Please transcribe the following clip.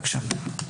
בבקשה.